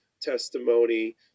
testimony